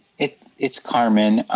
it's it's carmen.